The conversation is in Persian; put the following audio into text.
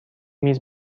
میز